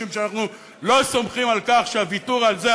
משום שאנחנו לא סומכים על כך שהוויתור על זה,